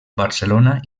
barcelona